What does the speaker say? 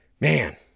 Man